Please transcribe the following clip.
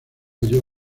halló